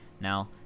now